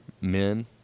men